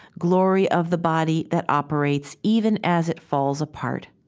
glory of the body that operates even as it falls apart,